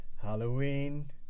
Halloween